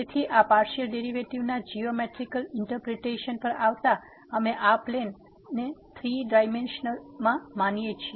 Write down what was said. તેથી પાર્સીઅલ ડેરીવેટીવના geometrical interpretation પર આવતા અમે આ પ્લેન ને થ્રી ડાઈમેન્સનલ માનીએ છીએ